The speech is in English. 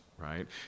right